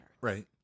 Right